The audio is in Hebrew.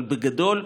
אבל בגדול,